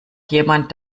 jemand